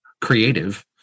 creative